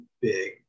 big